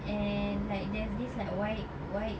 and like there's this like white white